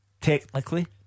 Technically